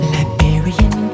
Liberian